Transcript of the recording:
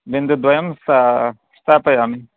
बिन्दुद्वयं सा स्थापयामि